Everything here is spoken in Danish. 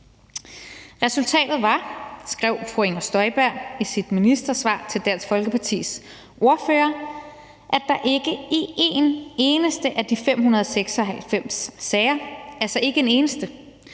Resultatet var, skrev fru Inger Støjberg i sit ministersvar til Dansk Folkepartis ordfører, at der ikke i en eneste af de 596 sager – ikke en eneste